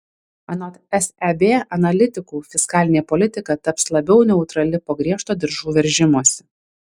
anot seb analitikų fiskalinė politika taps labiau neutrali po griežto diržų veržimosi